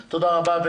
הצבעה בעד, 2 אושר.